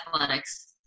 athletics